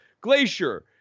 Glacier